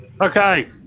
Okay